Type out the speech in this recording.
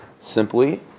simply